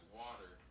water